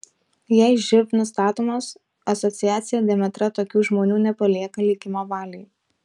jei živ nustatomas asociacija demetra tokių žmonių nepalieka likimo valiai